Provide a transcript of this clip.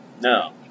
No